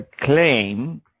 claim